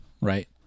right